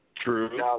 true